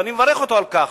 ואני מברך אותו על כך.